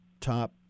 top